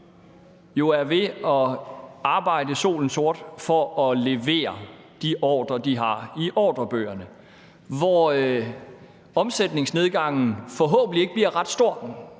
er ved at arbejde solen sort for at levere de ordrer, de har i ordrebøgerne, og for hvem omsætningsnedgangen forhåbentlig ikke bliver ret stor,